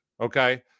okay